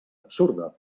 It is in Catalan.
absurda